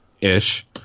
ish